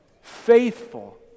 faithful